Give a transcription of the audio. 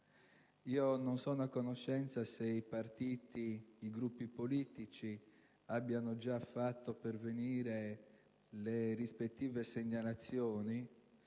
Non sono a conoscenza se i partiti ed i Gruppi politici abbiano già fatto pervenire le rispettive segnalazioni.